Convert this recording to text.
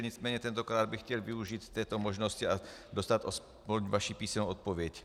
Nicméně tentokrát bych chtěl využít této možnosti a dostat aspoň vaši písemnou odpověď.